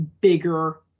bigger